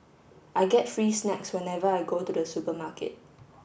I get free snacks whenever I go to the supermarket